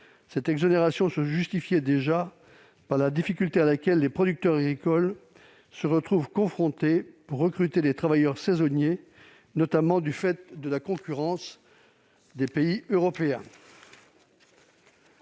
cette exonération se justifiait déjà par la difficulté à laquelle les producteurs agricoles sont confrontés pour recruter des travailleurs saisonniers, notamment du fait de la concurrence des pays européens.